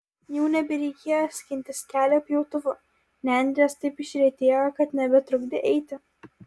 jau nebereikėjo skintis kelio pjautuvu nendrės taip išretėjo kad nebetrukdė eiti